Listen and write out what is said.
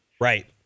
Right